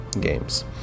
games